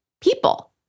people